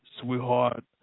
sweetheart